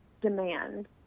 demand